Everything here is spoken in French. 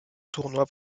tournoi